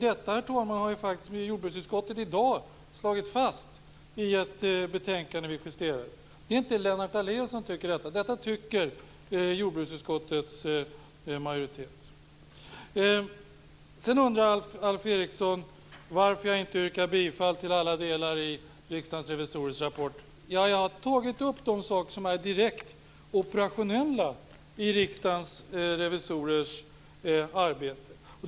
Det har jordbruksutskottet i dag slagit fast i ett betänkande som vi justerat. Det är inte jag, Lennart Daléus, som tycker detta, utan detta tycker jordbruksutskottets majoritet. Alf Eriksson undrar varför jag inte till alla delar yrkar bifall till rapporten från Riksdagens revisorer. Jag har tagit upp de saker i Riksdagens revisorers arbete som är direkt operationella.